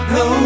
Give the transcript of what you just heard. no